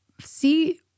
see